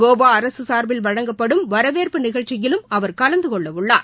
கோவா அரசு சார்பில் வழங்கப்படும் வரவேற்பு நிகழ்ச்சியிலும் அவர் கலந்துகொள்ள உள்ளார்